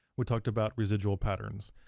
we talked about residual patterns.